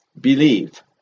Believe